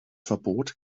verbot